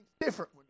different